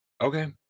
okay